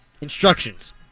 instructions